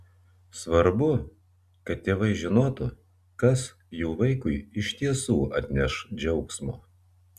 svarbu kad tėvai žinotų kas jų vaikui iš tiesų atneš džiaugsmo